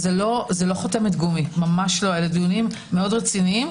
זה לא חותמת גומי אלא דיונים מאוד רציניים.